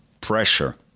pressure